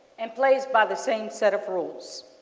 and plays by the same set of rules.